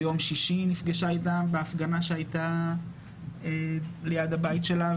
ביום שישי היא נפגשה איתם בהפגנה שהייתה ליד הבית שלה,